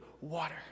water